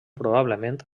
probablement